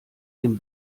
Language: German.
dem